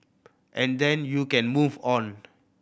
and then you can move on